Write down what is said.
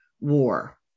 war